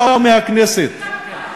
ואף בתמיכה מהממשלה או מהכנסת.